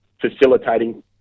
facilitating